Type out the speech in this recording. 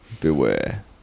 Beware